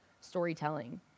storytelling